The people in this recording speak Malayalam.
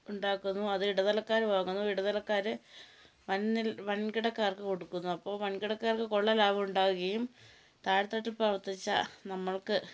ഉണ്ടാക്കുന്നു അത് ഇടനിലക്കാർ വാങ്ങുന്നു ഇടനിലക്കാർ വന്നിൽ വൻകിടക്കാർക്ക് കൊടുക്കുന്നു അപ്പോൾ വൻകിടക്കാർക്ക് കൊള്ള ലാഭം ഉണ്ടാവുകയും താഴെതട്ടിൽ പ്രവർത്തിച്ച നമ്മൾക്ക്